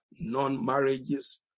non-marriages